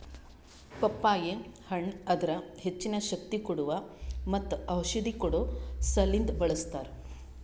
ಪಪ್ಪಾಯಿ ಹಣ್ಣ್ ಅದರ್ ಹೆಚ್ಚಿನ ಶಕ್ತಿ ಕೋಡುವಾ ಮತ್ತ ಔಷಧಿ ಕೊಡೋ ಸಲಿಂದ್ ಬಳ್ಸತಾರ್